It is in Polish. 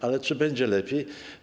Ale czy będzie lepiej?